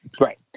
right